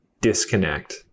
disconnect